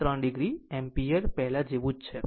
3 o amp પહેલા જેવી જ છે